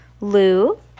Lou